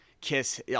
Kiss